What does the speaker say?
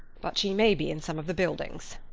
but she may be in some of the buildings.